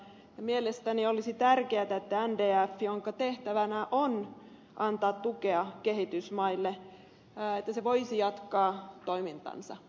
mielestäni olisi tärkeätä että ndf jonka tehtävänä on antaa tukea kehitysmaille voisi jatkaa toimintaansa